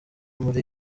muri